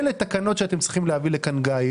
אלה תקנות שאתם צריכים להביא לכאן, גיא.